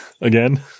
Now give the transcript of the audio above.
again